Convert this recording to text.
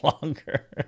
longer